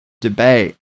debate